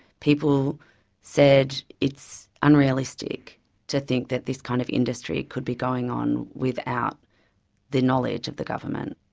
people said it's unrealistic to think that this kind of industry could be going on without the knowledge of the government.